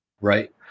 Right